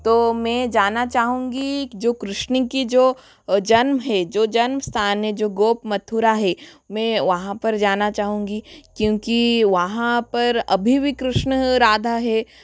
तो मैं जाना चाहूँगी जो कृष्ण की जो जन्म है जो जन्मस्थान है जो गोप मथुरा है मैं वहाँ पर जाना चाहूँगी क्योंकि वहाँ पर अभी भी कृष्ण राधा हैं